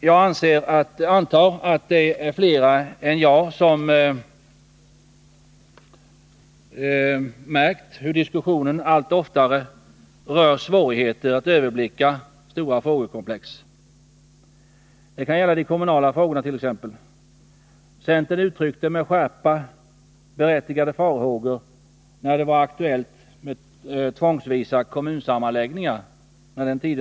Jag antar att det är flera än jag som märkt hur diskussionen allt oftare rör svårigheten att överblicka stora frågekomplex. Det kan gälla t.ex. de kommunala frågorna. Centern uttryckte med skärpa berättigade farhågor på den tid när det var aktuellt med tvångsvisa kommunsammanläggningar.